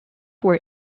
were